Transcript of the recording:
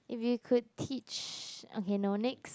if you could teach okay no next